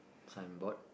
signboard